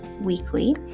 weekly